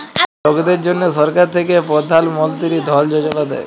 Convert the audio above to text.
লকদের জ্যনহে সরকার থ্যাকে পরধাল মলতিরি ধল যোজলা দেই